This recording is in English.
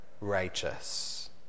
righteous